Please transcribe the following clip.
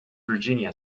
virginia